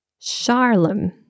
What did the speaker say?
Charlem